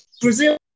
brazil